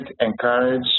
encourage